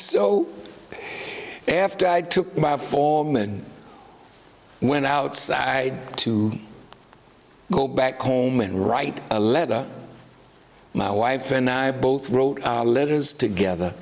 but after i took my form and went out to go back home and write a letter my wife and i both wrote letters together